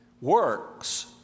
Works